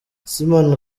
simon